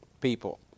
people